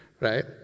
right